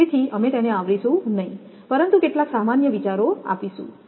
તેથી અમે તેને આવરીશું નહીં પરંતુ કેટલાક સામાન્ય વિચારો આપીશું